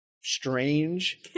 strange